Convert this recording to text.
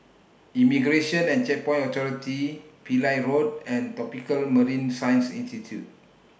Immigration and Checkpoints Authority Pillai Road and Tropical Marine Science Institute